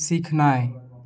सीखनाइ